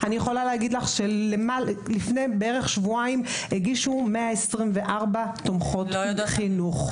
אני יכולה להגיד לך שלפני בערך שבועיים הגישו בערך 124 תומכות חינוך.